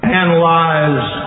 analyze